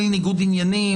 ניגוד עניינים,